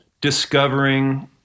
discovering